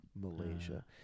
Malaysia